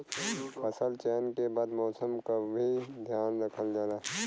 फसल चयन के बाद मौसम क भी ध्यान रखल जाला